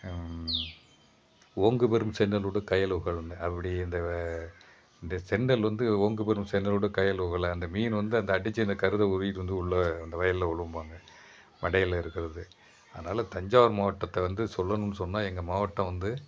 ஓங்கு பெறும் செந்நெல் ஊடு கயலுகளுன்னு அப்படி இந்த இந்த செந்நெல் ஓங்கு பெறும் செந்நெல் ஊடு கயலுகளை அந்த மீன் அந்த அடித்து அந்த கருதை உருவிட்டு உள்ள அந்த வயலில் உழுவும்பாங்க படையலில் இருக்கிறது அதனால் தஞ்சாவூர் மாவட்டத்தை வந்து சொல்லணும் சொன்னால் எங்கள் மாவட்டம் வந்து